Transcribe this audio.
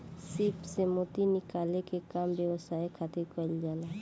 सीप से मोती निकाले के काम व्यवसाय खातिर कईल जाला